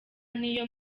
n’iyo